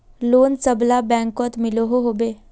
Loan सबला बैंकोत मिलोहो होबे?